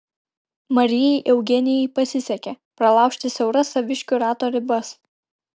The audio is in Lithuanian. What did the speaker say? marijai eugenijai pasisekė pralaužti siauras saviškių rato ribas